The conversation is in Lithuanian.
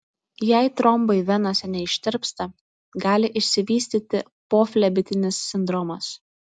jei trombai venose neištirpsta gali išsivystyti poflebitinis sindromas